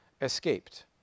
escaped